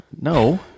No